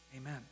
Amen